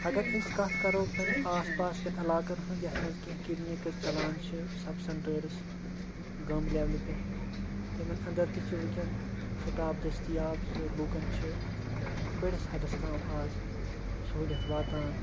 اگر أسۍ کَتھ کَرو پنٛنہِ آس پاس کٮ۪ن علاقَن ہٕنٛز یَتھ منٛز کینٛہہ کِلنِکٕز چَلان چھِ سَب سٮ۪نٹٲرٕس گامہٕ لٮ۪ولہِ پٮ۪ٹھ تِمَن اَندَر تہِ چھِ وٕنۍکٮ۪ن سِٹاف دٔستِیاب چھِ لوٗکَن چھِ بٔڑِس حدَس تام آز سہوٗلیت واتان